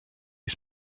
les